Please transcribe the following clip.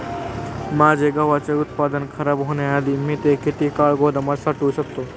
माझे गव्हाचे उत्पादन खराब होण्याआधी मी ते किती काळ गोदामात साठवू शकतो?